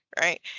Right